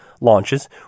launches